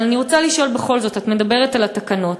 אבל אני רוצה לשאול בכל זאת: את מדברת על התקנות,